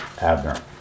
Abner